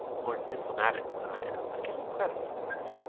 more diplomatic than i am. i give him credit for that.